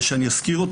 שאזכיר.